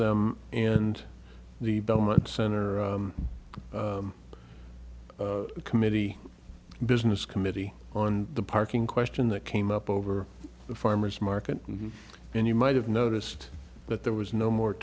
them and the government center committee business committee on the parking question that came up over the farmer's market and you might have noticed that there was no more